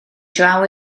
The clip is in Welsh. draw